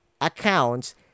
accounts